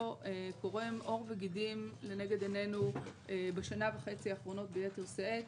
קורם עור וגידים לנגד עינינו בשנה וחצי האחרונות ביתר שאת,